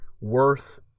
worth